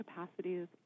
capacities